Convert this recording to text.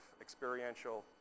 experiential